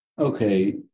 okay